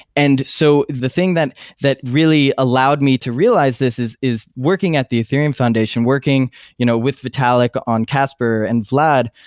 and so the thing that that really allowed me to realize this is is working at the ethereum foundation, working you know with vitalic on casper and vlad.